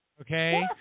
Okay